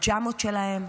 בפיג'מות שלהם.